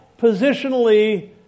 Positionally